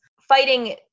fighting